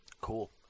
Cool